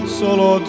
solo